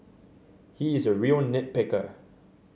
he is a real nit picker